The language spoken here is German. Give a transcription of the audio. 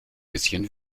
bisschen